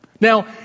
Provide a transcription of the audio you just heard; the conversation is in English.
Now